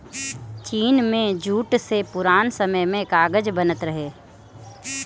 चीन में जूट से पुरान समय में कागज बनत रहे